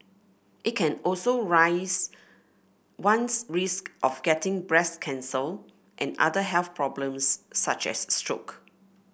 it can also raise one's risk of getting breast cancer and other health problems such as stroke